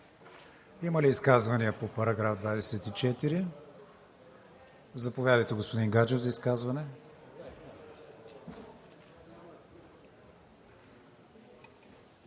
Има ли изказвания по § 24? Заповядайте, господин Гаджев, за изказване.